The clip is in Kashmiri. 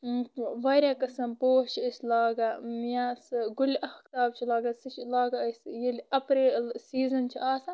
وارایاہ قٕسم پوش چھِ أسۍ لاگان یا سُہ گُلہِ آفتاب چھِ لاگان سُہ چھِ لاگان أسۍ ییلہٕ ایپریل سیٖزن چھُ آسان